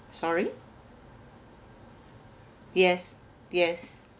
sorry yes yes